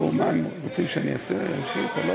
אני חושש שזה יהיה פתח לא